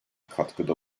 katkıda